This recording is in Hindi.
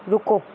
रुको